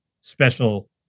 special